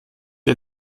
ihr